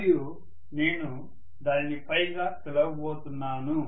మరియు నేను దానిని Φగా పిలవబోతున్నాను